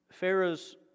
Pharaoh's